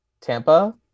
Tampa